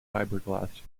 fiberglass